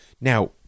Now